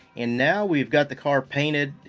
and now we've got the car painted.